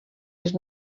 les